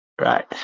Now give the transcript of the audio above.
right